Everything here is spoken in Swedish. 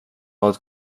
vad